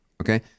okay